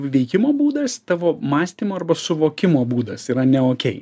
veikimo būdas tavo mąstymo arba suvokimo būdas yra neokei